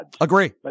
Agree